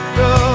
go